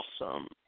awesome